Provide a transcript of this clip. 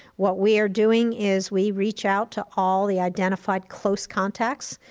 what we are doing is we reach out to all the identified close contacts,